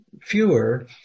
fewer